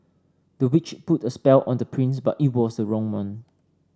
the witch put a spell on the prince but it was a wrong one